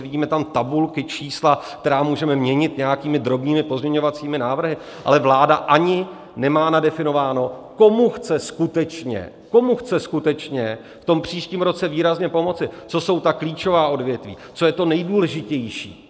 Vidíme tam tabulky, čísla, která můžeme měnit nějakými drobnými pozměňovacími návrhy, ale vláda ani nemá nadefinováno, komu chce skutečně, komu chce skutečně v tom příštím roce výrazně pomoci, co jsou ta klíčová odvětví, co je to nejdůležitější.